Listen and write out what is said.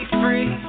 free